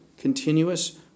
continuous